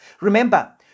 Remember